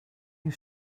you